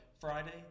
Friday